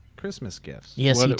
christmas gifts. yes he did.